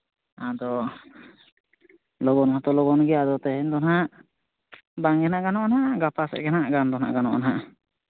ᱟᱫᱚ ᱞᱚᱜᱚᱱ ᱦᱚᱛᱚ ᱞᱚᱜᱚᱱ ᱜᱮᱭᱟ ᱟᱫᱚ ᱛᱮᱦᱮᱧ ᱫᱚ ᱱᱟᱦᱟᱸᱜ ᱵᱟᱝ ᱜᱮ ᱜᱟᱱᱚᱜᱼᱟ ᱱᱟᱦᱟᱸᱜ ᱜᱟᱯᱟ ᱥᱮᱫ ᱜᱮ ᱜᱟᱱ ᱫᱚ ᱱᱟᱦᱟᱸᱜ ᱜᱟᱱᱚᱜᱼᱟ ᱦᱟᱸᱜ